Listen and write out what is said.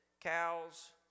cows